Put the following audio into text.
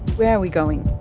where are we going?